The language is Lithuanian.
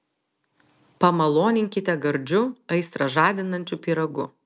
pamaloninkite gardžiu aistrą žadinančiu pyragu